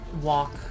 walk